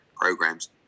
programs